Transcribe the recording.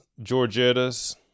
Georgettas